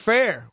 Fair